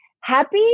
happy